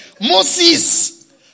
Moses